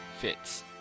fits